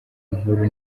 inkuru